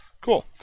Cool